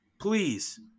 please